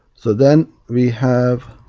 so then we have